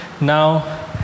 now